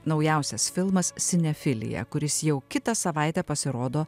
naujausias filmas sinefilija kuris jau kitą savaitę pasirodo